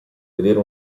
vedere